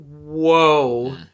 Whoa